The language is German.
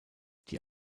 die